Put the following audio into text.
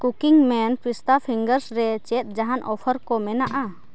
Cookieman ᱯᱤᱥᱛᱟ fingers ᱨᱮ ᱪᱮᱫ ᱡᱟᱦᱟᱱ ᱚᱯᱷᱟᱨᱠᱚ ᱢᱮᱱᱟᱜᱼᱟ